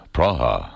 Praha